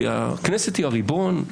כי הכנסת היא הריבון,